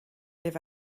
live